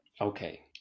okay